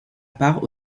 part